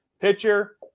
pitcher